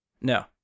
No